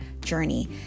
journey